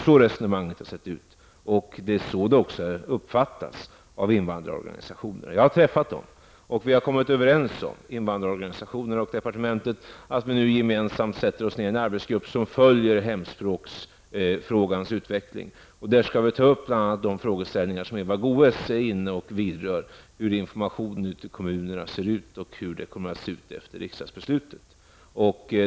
Det är också så resonemanget har uppfattats av invandrarorganisationer. Jag har träffat företrädare för dem, och invandrarorganisationerna och departementet har varit överens om att i en gemensam arbetsgrupp följa hemspråksfrågans utveckling. Där skall vi bl.a. ta upp de frågor som Eva Goe s vidrör -- hur informationen utformas inom kommunerna och hur det kommer att se ut efter riksdagsbeslutet.